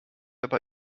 aber